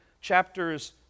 Chapters